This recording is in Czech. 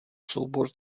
soubor